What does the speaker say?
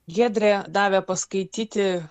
giedrė davė paskaityti